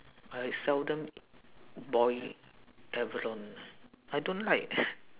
I seldom boil abalone I don't like